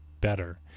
better